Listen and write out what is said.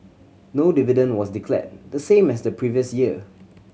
no dividend was declared the same as the previous year